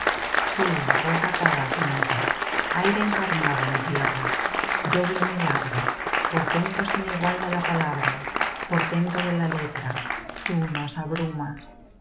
tú voz atada á tinta aire encarnado en tierra doble milagro portento sin igual de la palabra portento de la letra tú nos abrumas